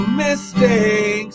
mistakes